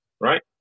right